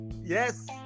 Yes